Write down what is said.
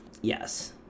yes